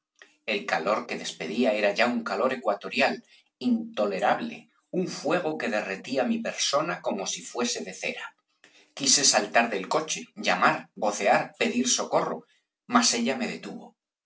el calor que despedía era ya un calor ecuatorial intolerable un fuego que derretía mi persona como si fuese de cera quise saltar del coche llamar vocear pedir socorro mas ella me detuvo